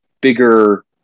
bigger